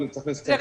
רגע,